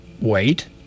wait